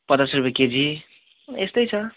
पचास रुपियाँ केजी यस्तै छ